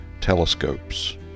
Telescopes